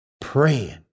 praying